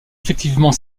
effectivement